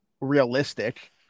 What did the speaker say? realistic